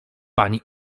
pani